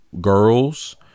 girls